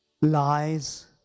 lies